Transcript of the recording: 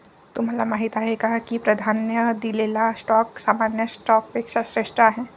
तुम्हाला माहीत आहे का की प्राधान्य दिलेला स्टॉक सामान्य स्टॉकपेक्षा श्रेष्ठ आहे?